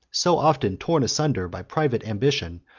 so often torn asunder by private ambition,